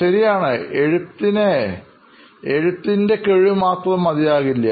ശരിയാണ് എഴുത്തിനെ കഴിവ് മാത്രം മതിയാകില്ല